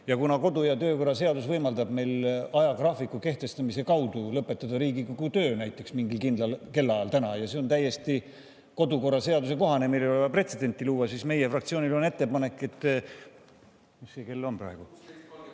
Kuna kodu- ja töökorra seadus võimaldab meil ajagraafiku kehtestamise abil lõpetada Riigikogu töö näiteks mingil kindlal kellaajal täna ja see on täiesti kodukorraseaduse kohane, meil ei ole vaja pretsedenti luua, siis meie fraktsioonil on ettepanek –